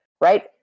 right